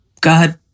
god